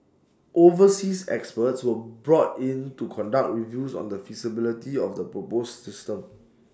overseas experts were brought in to conduct reviews on the feasibility of the proposed system